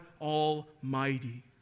Almighty